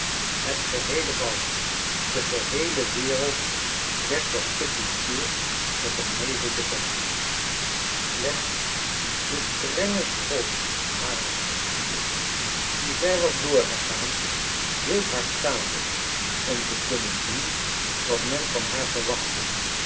het geheele bal de geheele wereld werd voor kitty's ziel met een nevel bedekt slechts de strenge school harer opvoeding die zij was doorgegaan hield haar staande om te kunnen doen wat men van haar verwachtte